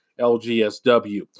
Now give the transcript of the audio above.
LGSW